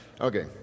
Okay